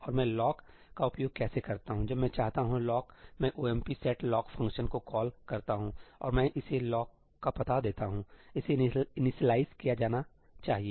और मैं लॉक का उपयोग कैसे करता हूं जब मैं चाहता हूं लॉक मैं 'omp set lock' फ़ंक्शन को कॉल करता हूं और मैं इसे लॉक का पता देता हूंइसे इनिशियलाइज़ किया जाना चाहिए